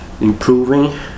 improving